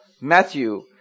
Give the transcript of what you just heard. Matthew